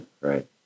right